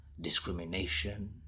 discrimination